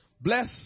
Bless